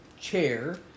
chair